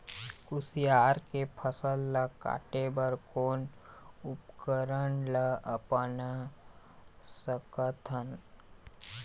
कुसियार के फसल ला काटे बर कोन उपकरण ला अपना सकथन?